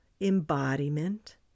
embodiment